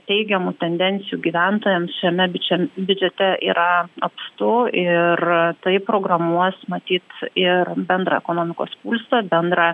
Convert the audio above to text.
teigiamų tendencijų gyventojams šiame biučem biudžete yra apstu ir tai programuos matyt ir bendrą ekonomikos pulsą bendrą